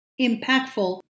impactful